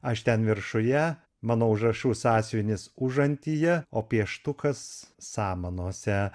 aš ten viršuje mano užrašų sąsiuvinis užantyje o pieštukas samanose